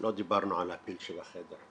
לא דיברנו על הפיל שבחדר,